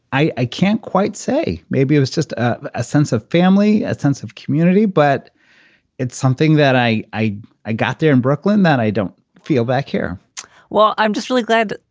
i i can't quite say. maybe it is just a sense of family, a sense of community. but it's something that i i i got there in brooklyn that i don't feel back here well, i'm just really glad.